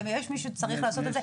ומישהו צריך לעשות את זה.